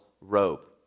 robe